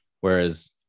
whereas